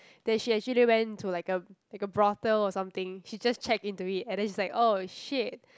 that she actually went into like a like a brothel or something she just check into it and then she's like oh !shit!